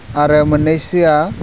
आरो मोननैसोआ